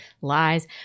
Lies